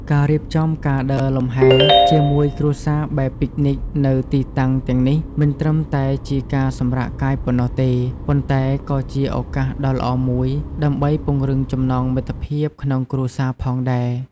ការរៀបចំការដើរលំហែជាមួយគ្រួសារបែបពិកនិចនៅទីតាំងទាំងនេះមិនត្រឹមតែជាការសម្រាកកាយប៉ុណ្ណោះទេ ប៉ុន្តែក៏ជាឱកាសដ៏ល្អមួយដើម្បីពង្រឹងចំណងមិត្តភាពក្នុងគ្រួសារផងដែរ។